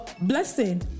blessing